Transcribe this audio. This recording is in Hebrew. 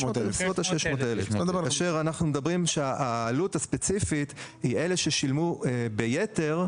כאשר העלות הספציפית היא אלה ששילמו ביתר,